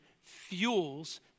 fuels